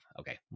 okay